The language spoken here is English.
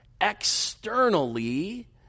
externally